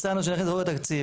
הצענו שנכניס את זה לחוק התקציב,